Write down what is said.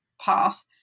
path